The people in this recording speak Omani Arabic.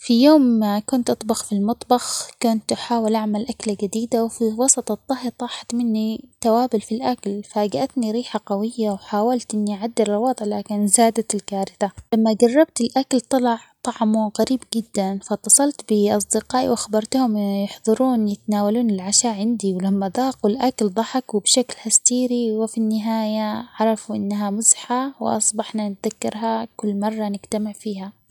في يوم كنت أطبخ في المطبخ، كنت أحاول أعمل أكله جديدة ،وفي وسط الطهي طاحت مني توابل في الأكل ،فاجأتني ريحة قوية، وحاولت إني أعدل الوضع لكن زادت الكارثة، لما جربت الأكل طلع طعمه غريب جدًا فاتصلت بأصدقائي وأخبرتهم يحضرون يتناولون العشاء عندي، ولما ذاقوا الأكل ضحكو بشكل هستيري، وفي النهاية عرفو إنها مزحة ،وأصبحنا نتذكرها كل مرة نجتمع فيها.